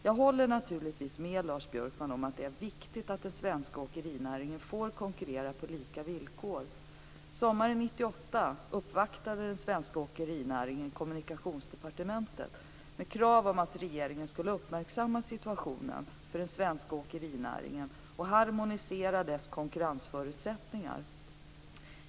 Jag håller naturligtvis med Lars Björkman om att det är viktigt att den svenska åkerinäringen får konkurrera på lika villkor. Sommaren 1998 uppvaktade den svenska åkerinäringen Kommunikationsdepartementet med krav om att regeringen skulle uppmärksamma situationen för den svenska åkerinäringen och harmonisera dess konkurrensförutsättningar.